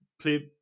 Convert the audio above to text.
play